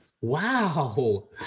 Wow